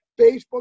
Facebook